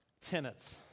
tenets